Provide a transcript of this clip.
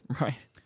Right